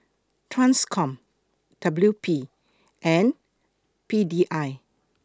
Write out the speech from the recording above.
TRANSCOM W P and P D I